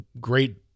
great